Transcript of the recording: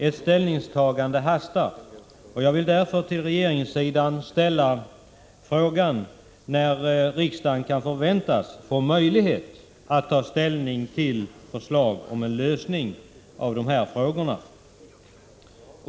Ett ställningstagande hastar, och jag vill därför till regeringssidan ställa frågan: När kan riksdagen förväntas få möjlighet att ta ställning till förslag om enlösning på dessa frågor?